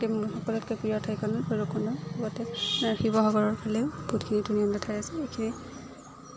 মোৰ সকলোতকৈ প্ৰিয় ঠাইখন হ'ল ভৈৰৱকুণ্ড লগতে শিৱসাগৰৰফালেও বহুতখিনি ধুনীয়া ধুনীয়া ঠাই আছে সেইখিনিয়ে